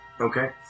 Okay